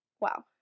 wow